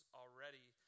already